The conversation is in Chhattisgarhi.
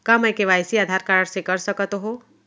का मैं के.वाई.सी आधार कारड से कर सकत हो?